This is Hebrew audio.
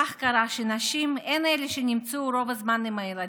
כך קרה שנשים הן אלה שנמצאו רוב הזמן עם הילדים,